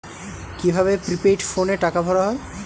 কি ভাবে প্রিপেইড ফোনে টাকা ভরা হয়?